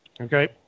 Okay